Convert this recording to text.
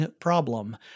problem